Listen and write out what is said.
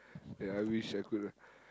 ya I wish I could ah